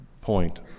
point